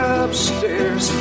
upstairs